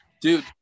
dude